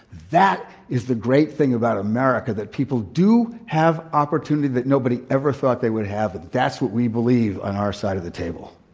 that is the great thing about america, that people do have opportunity that nobody ever thought they would have. that's what we believe on our side of the table.